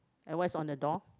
and what is on the door